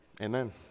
Amen